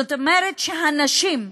זאת אומרת שהנשים,